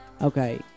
okay